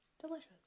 Delicious